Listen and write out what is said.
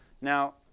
Now